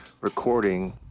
recording